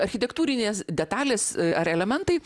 architektūrinės detalės ar elementai